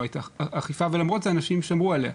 הייתה אכיפה ולמרות זאת אנשים שמרו עליה.